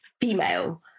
female